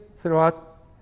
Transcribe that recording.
throughout